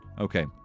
okay